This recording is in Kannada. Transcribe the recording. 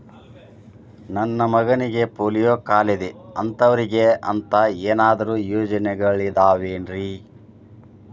ನನ್ನ ಮಗನಿಗ ಪೋಲಿಯೋ ಕಾಲಿದೆ ಅಂತವರಿಗ ಅಂತ ಏನಾದರೂ ಯೋಜನೆಗಳಿದಾವೇನ್ರಿ?